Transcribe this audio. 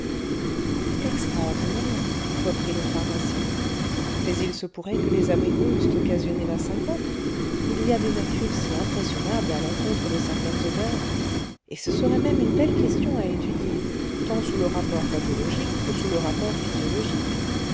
extraordinaire reprit le pharmacien mais il se pourrait que les abricots eussent occasionné la syncope il y a des natures si impressionnables à l'encontre de certaines odeurs et ce serait même une belle question à étudier tant sous le rapport pathologique que sous le rapport physiologique